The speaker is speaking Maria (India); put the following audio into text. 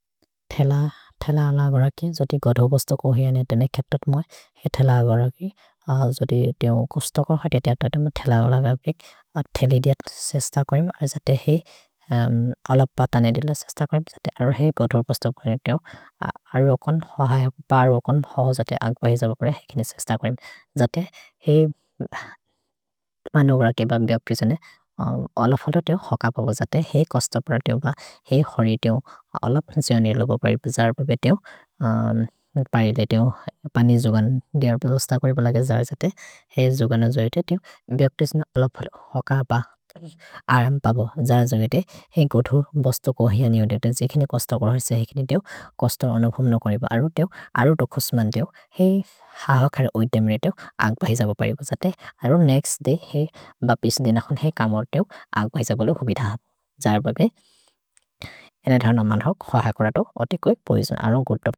थेल अल बरकि, जोति गधोबस्तोक् ओहेअने तेने केप्तोत् मोइ, हेइ थेल अल बरकि, जोति तेओ कोस्तोकोहते तेअतते म थेल अल बरकि। थेलि दिअत् सेस्त कोइम्, ऐजते हेइ अल पतने दिल सेस्त कोइम्, जति अरो हेइ गधोबस्तोक् कोइने तेओ। अरो कोन्, हो है, बरो कोन्, हो जति अग् बहि जबकोरे हेइ किने सेस्त कोइम्। जति हेइ मनु बरके ब बिअ प्रिसने, अल फलो तेओ होक बबो जति हेइ कोस्तोप्र तेओ ब हेइ होरि तेओ।